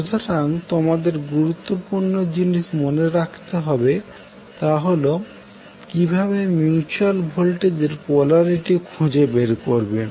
সুতরাং তোমাদের গুরুত্বপূর্ণ জিনিস মনে রাখতে হবে তা হল কীভাবে মিউচুয়াল ভোল্টেজের পোলারিটি খুঁজে বের করবে